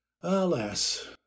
Alas